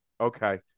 Okay